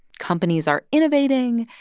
companies are innovating,